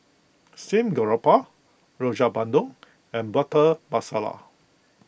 Steamed Garoupa Rojak Bandung and Butter Masala